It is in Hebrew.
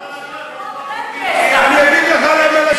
אצל